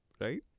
right